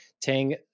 Tang